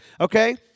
Okay